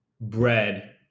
bread